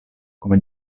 come